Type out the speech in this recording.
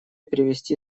привести